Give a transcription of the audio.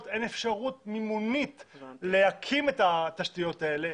אין אפשרות מימונית להקים את התשתיות האלה,